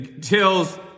tells